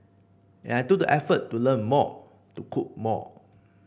and I took the effort to learn more to cook more